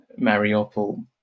Mariupol